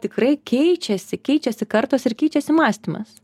tikrai keičiasi keičiasi kartos ir keičiasi mąstymas